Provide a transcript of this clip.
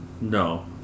No